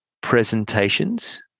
presentations